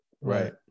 right